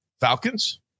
Falcons